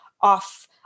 off